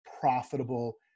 profitable